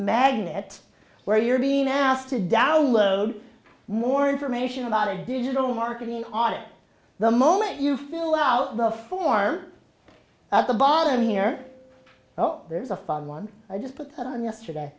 magnet where you're being asked to download more information about our digital marketing audit the moment you fill out the form at the bottom here well there's a fun one i just put on yesterday